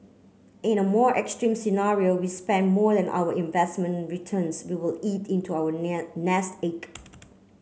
in a more extreme scenario we spent more than our investment returns we will eat into our nest egg